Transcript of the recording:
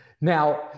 Now